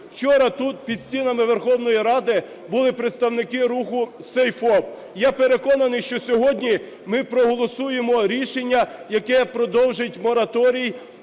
Вчора тут, під стінами Верховної Ради, були представники руху "SaveФОП". Я переконаний, що сьогодні ми проголосуємо рішення, яке продовжить мораторій